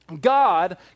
God